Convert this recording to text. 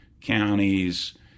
counties